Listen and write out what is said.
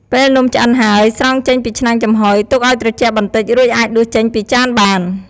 ពេលនំឆ្អិនហើយ ស្រង់ចេញពីឆ្នាំងចំហុយ ទុកឱ្យត្រជាក់បន្តិច រួចអាចដួសចេញពីចានបាន។